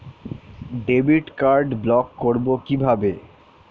Debit card block করব কিভাবে?